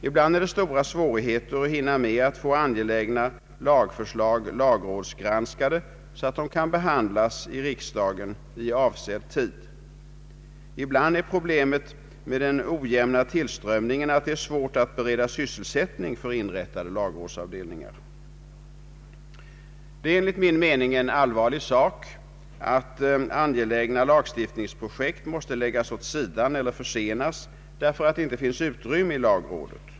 Ibland är det stora svårigheter att hinna få angelägna lagförslag lagrådsgranskade så att de kan behandlas av riksdagen i avsedd tid. Ibland är problemet med den ojämna tillströmningen att det är svårt att bereda sysselsättning för inrättade lagrådsavdelningar. Det är enligt min mening allvarligt att angelägna lagstiftningsprojekt måste läggas åt sidan eller försenas därför att det inte finns utrymme i lagrådet.